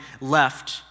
left